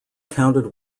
counted